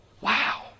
Wow